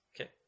Okay